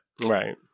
Right